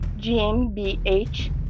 GmbH